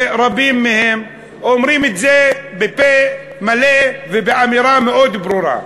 ורבים מהם אומרים את זה בפה מלא ובאמירה מאוד ברורה: